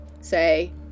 say